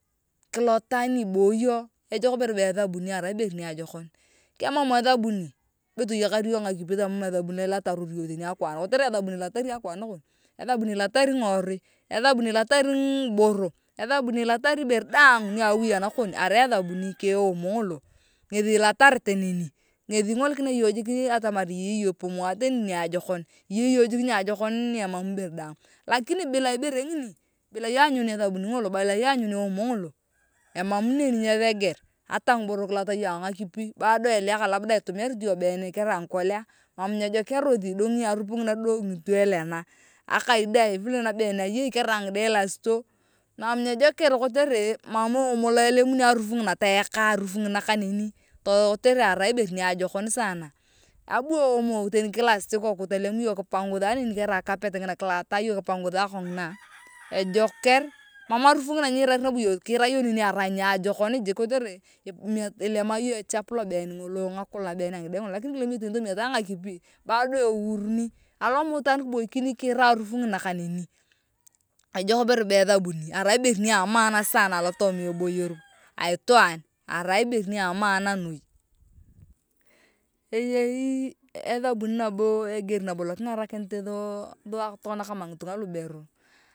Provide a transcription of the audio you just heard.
Kilota ni ibuyoo ejok ibere be ethabuni arai bore niajokon kemam ethabuni be toyakar iyong ngakipi tamam ethabuni be toyakar iyong teni akwaan kotere ethabuni ilotari akwaan nakon ethabuni ilotari ngiworui ethabuni ilotari ngiboro ethabuni ilotari ibore daang nia awi anakon arai ethabuni keep ngolo ngithi ilotarete neni ngithi ingolikinia iyong jik atamar iyeyi iyong ipumua teni niajokon eyei jik niajokon ni emam ibore daang lakini bila ibere ngini bila iyong aayun ethabuni ngolo kori bila iyong aanyun eomo ngolo emam neni nyethegore ata ngiboro kilota iyong angakipi bado eleka labda itumianit iyong been karai ngikolea mam nyejekerotia idongete tu eleka akai dae vile nakabeen tu ayai karai ngide elatarito mam nyejeker kotere mam eomo lo elemuni aruf ngina toyaka arufu ngina kaneni kotere arai ibere niajokon thana abu eomo tani kilasit ikoku tolem iyong kipangutha neni teni kerai a carpet ngina kilotai iyong kipangutha nabo iyong kirai iyong neni arai ibere niajokon jik kotere ilema iyong echap lobeen ngolo ngakul angide lakini be kilem iyong kipangusa a nyakipi bado euruni aloma itaan kiboikina kiira arufu ngtina kaneni ejok ibere be ethabuni arai ibere ni aman alotooma eboyer aitwaaa arai ibere ni amaan noi eyei ethabuni nabo eger lokingarikinit sua kama ngabeni.